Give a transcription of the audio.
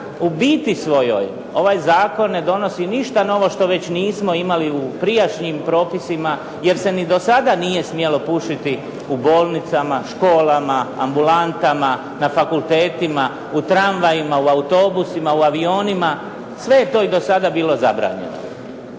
u biti svojoj ovaj zakon ne donosi ništa novo što već nismo imali u prijašnjim propisima jer se ni do sada nije smjelo pušiti u bolnicama, školama, ambulantama, na fakultetima, u tramvajima, u autobusima, u avionima, sve je to i do sada bilo zabranjeno.